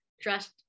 dressed